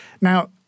Now